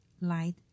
light